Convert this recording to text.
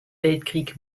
weltkrieg